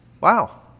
wow